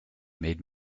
made